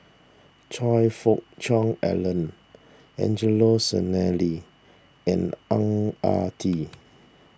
Choe Fook Cheong Alan Angelo Sanelli and Ang Ah Tee